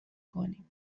کنیم